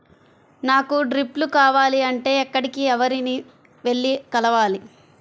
నాకు డ్రిప్లు కావాలి అంటే ఎక్కడికి, ఎవరిని వెళ్లి కలవాలి?